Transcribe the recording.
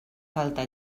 falta